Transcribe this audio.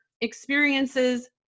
experiences